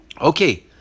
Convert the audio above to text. Okay